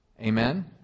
Amen